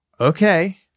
okay